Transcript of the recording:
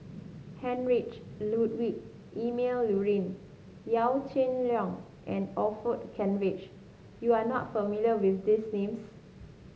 Heinrich Ludwig Emil Luering Yaw Shin Leong and Orfeur Cavenagh you are not familiar with these names